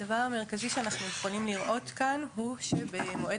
הדבר המרכזי שאנחנו יכולים לראות כאן הוא שבמועד